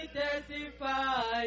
testify